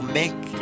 make